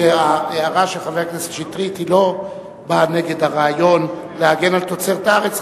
ההערה של חבר הכנסת שטרית לא באה נגד הרעיון להגן על תוצרת הארץ,